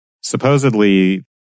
supposedly